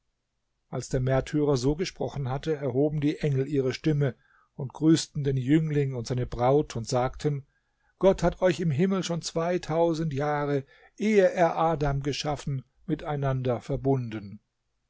als der märtyrer so gesprochen hatte erhoben die engel ihre stimme und grüßten den jüngling und seine braut und sagten gott hat euch im himmel schon zweitausend jahre ehe er adam geschaffen miteinander verbunden